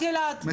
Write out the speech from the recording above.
גלעד,